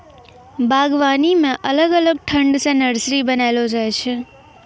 बागवानी मे अलग अलग ठंग से नर्सरी बनाइलो जाय छै